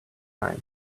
time